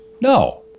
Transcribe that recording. No